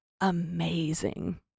amazing